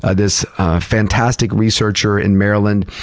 ah this fantastic researcher in maryland,